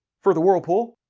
for the whirlpool,